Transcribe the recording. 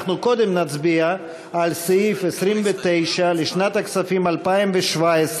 אנחנו קודם נצביע על סעיף 29 לשנת הכספים 2017,